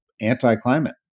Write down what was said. anti-climate